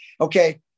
Okay